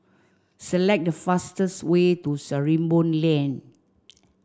select the fastest way to Sarimbun Lane